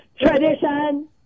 tradition